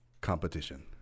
competition